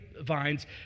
vines